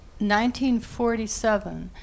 1947